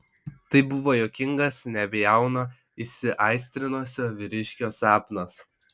tai buvo juokingas nebejauno įsiaistrinusio vyriškio sapnas